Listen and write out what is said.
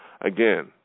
Again